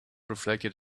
reflected